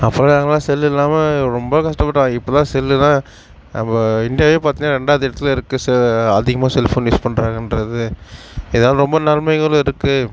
அப்போல்லாம் நாங்கெல்லாம் செல் இல்லாமல் ரொம்ப கஷ்டப்பட்டோம் இப்போ தான் செல்லுனா நம்ம இண்டியாவே பார்த்தீங்கனா ரெண்டாவது இடத்தில் இருக்குது செ அதிகமாக செல்ஃபோன் யூஸ் பண்ணுறாங்கன்றது இதால் ரொம்ப நன்மைகள் இருக்குது